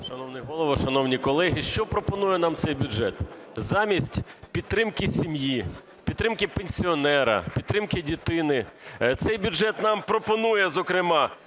Шановний Голово, шановні колеги! Що пропонує нам цей бюджет? Замість підтримки сім'ї, підтримки пенсіонера, підтримки дитини цей бюджет нам пропонує, зокрема: